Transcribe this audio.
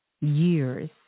years